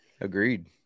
Agreed